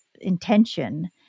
intention